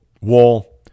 wall